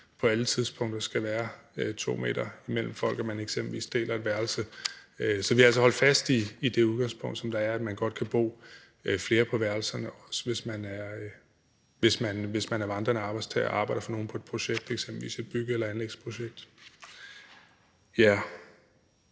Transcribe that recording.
på alle tidspunkter skulle være 2 meter mellem folk og man eksempelvis deler et værelse. Så vi har altså holdt fast i det udgangspunkt, der er, i forhold til at man godt kan bo flere på værelserne, også hvis man er vandrende arbejdstager og eksempelvis arbejder for nogen på et bygge- eller anlægsprojekt. Ja,